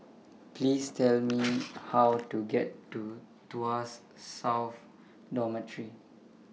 Please Tell Me How to get to Tuas South Dormitory